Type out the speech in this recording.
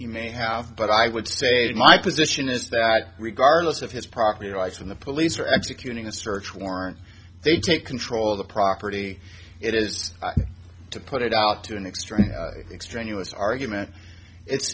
he may have but i would say my position is that regardless of his property rights when the police are executing a search warrant they take control of the property it is to put it out to an extreme extreme us argument it's